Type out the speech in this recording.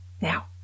Now